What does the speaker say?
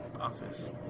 office